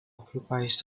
occupies